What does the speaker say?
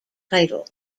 title